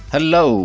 Hello